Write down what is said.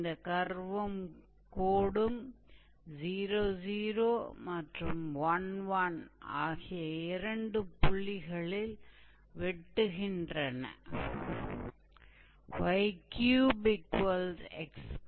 இந்த கர்வும் கோடும் 0 0 மற்றும் 1 1 ஆகிய இரண்டு புள்ளிகளில் வெட்டுகின்றன